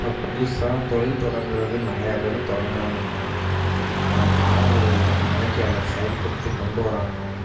இப்போ புதுசாக தொழில் தொடங்குறது நிறைய பேர் தொடங்குகிறாங்கங்க ஆனால் யார் ரொம்ப நாளைக்கு அதை செயல்படுத்திக் கொண்டு வர்றாங்க